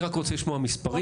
אני רק רוצה לשמוע מספרים.